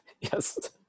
Yes